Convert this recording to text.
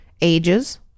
Ages